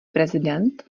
prezident